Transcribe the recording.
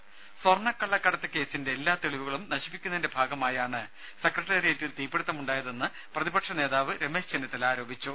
ദേദ സ്വർണ്ണക്കള്ളക്കടത്ത് കേസിന്റെ എല്ലാ തെളിവുകളും നശിപ്പിക്കുന്നതിന്റെ ഭാഗമായാണ് സെക്രട്ടറിയേറ്റിൽ തീപിടുത്തം ഉണ്ടായതെന്ന് പ്രതിപക്ഷ നേതാവ് രമേശ് ചെന്നിത്തല പറഞ്ഞു